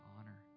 honor